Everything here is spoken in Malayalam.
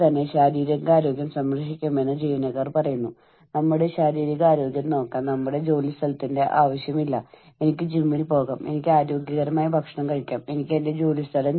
അതായത് മാനസികമായും സാമൂഹികമായും നമ്മെ ഭയപ്പെടുത്താത്ത സുഖവും സുരക്ഷിതത്വവും അനുഭവിക്കാൻ നമ്മെ സഹായിക്കുന്ന പരിതസ്ഥിതി